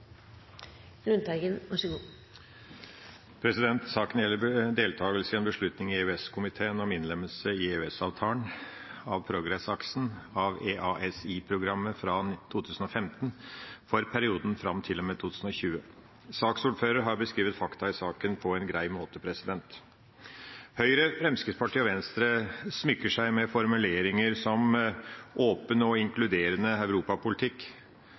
Saken gjelder deltakelse i en beslutning i EØS-komiteen om innlemmelse i EØS-avtalen av PROGRESS-aksen av EaSI-programmet fra 2015 for perioden fram til og med 2020. Saksordføreren har beskrevet fakta i saken på en grei måte. Høyre, Fremskrittspartiet og Venstre smykker seg med formuleringer som «åpen og inkluderende europapolitikk».